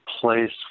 place